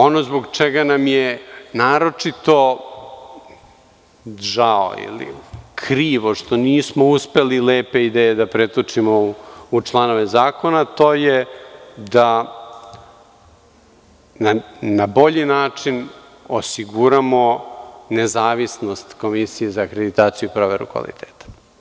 Ono zbog čega nam je naročito žao ili krivo što nismo uspeli lepe ideje da pretočimo u članove zakona je da na bolji način osiguranom nezavisnost Komisije za akreditaciju i proveru kvaliteta.